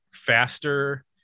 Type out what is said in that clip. faster